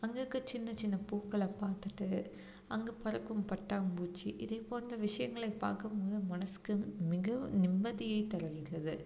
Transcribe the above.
அங்கே இருக்கற சின்னச் சின்ன பூக்களை பார்த்துட்டு அங்கே பறக்கும் பட்டாம் பூச்சி இதை போன்ற விஷயங்களை பார்க்கும் போது மனதுக்கு மிகவும் நிம்மதியை தருகின்றது